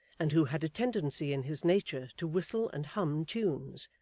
and who had a tendency in his nature to whistle and hum tunes,